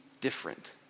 different